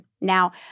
Now